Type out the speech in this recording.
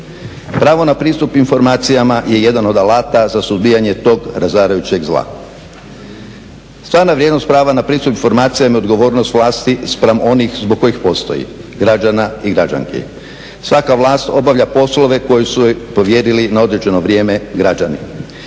Pravo na pristup informacijama je jedan od alata za suzbijanje tog razarajućeg zla. Stvarna vrijednost prava na pristup informacijama i odgovornost vlasti spram onih zbog kojih postoji građana i građanki. Svaka vlast obavlja poslove koje su joj povjerili na određeno vrijeme građani.